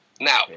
Now